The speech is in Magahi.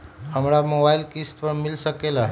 हमरा मोबाइल किस्त पर मिल सकेला?